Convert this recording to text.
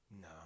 no